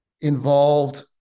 involved